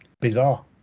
bizarre